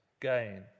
gain